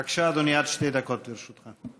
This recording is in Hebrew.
בבקשה, אדוני, עד שתי דקות לרשותך.